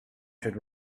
should